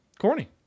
Corny